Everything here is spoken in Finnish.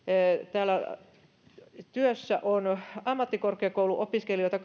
täällä työssä on ammattikorkeakouluopiskelijoita